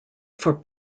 for